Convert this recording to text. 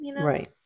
Right